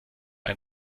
ein